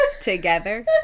together